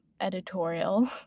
editorial